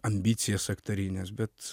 ambicijas aktorines bet